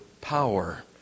power